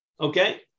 Okay